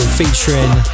featuring